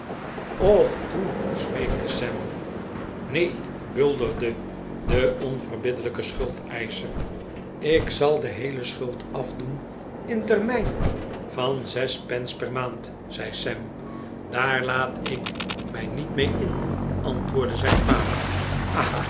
och toe smeekte sam neen bulderde de onverbiddelijke schuldeischer ik zal de heele schuld afdoen in termijnen van zes pence per maand zei sam daar laat ik mij niet mee in antwoordde zijn vader